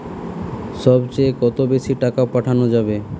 সব চেয়ে কত বেশি টাকা পাঠানো যাবে?